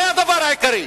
זה הדבר העיקרי.